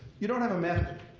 you don't have a method,